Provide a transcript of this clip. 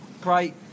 great